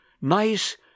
Nice